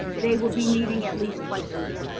they will be meeting at least twice a week,